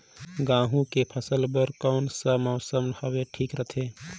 गहूं के फसल बर कौन सा मौसम हवे ठीक रथे?